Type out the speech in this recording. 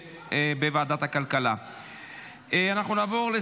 2024, לוועדת הכלכלה נתקבלה.